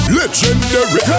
legendary